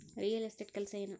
real estate ಕೆಲಸ ಏನು